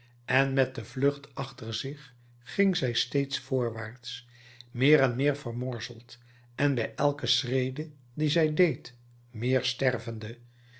en met de vlucht achter zich ging zij steeds voorwaarts meer en meer vermorzeld en bij elke schrede die zij deed meer stervende